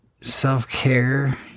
self-care